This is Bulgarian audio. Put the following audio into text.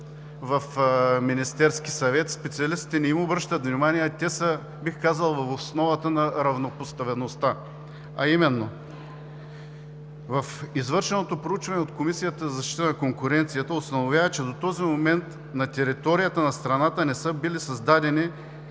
в Министерския съвет, специалистите не им обръщат внимание, а те са, бих казал, в основата на равнопоставеността, а именно извършеното проучване от Комисията за защита на конкуренцията установява, че до този момент на територията на страната не са били създадени